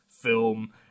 film